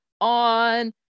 on